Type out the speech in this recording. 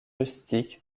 rustique